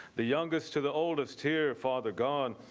the youngest to the oldest here father gone.